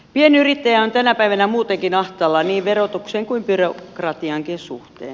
pienyrittäjä on tänä päivänä muutenkin ahtaalla niin verotuksen kuin byrokratiankin suhteen